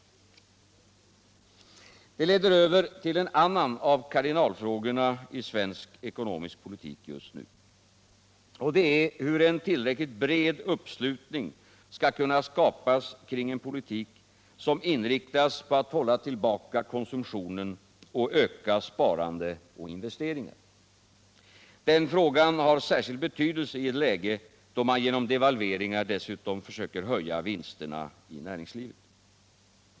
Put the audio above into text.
Detta leder över till en annan av kardinalfrågorna i svensk ekonomisk politik just nu, och det är hur en tillräckligt bred uppslutning skall kunna skapas kring en politik som inriktas på att hålla tillbaka konsumtionen och öka sparande och investeringar. Den frågan har särskild betydelse i ett läge, då man genom devalveringar dessutom försöker höja vinsterna i näringslivet.